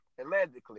Allegedly